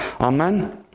Amen